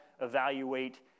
evaluate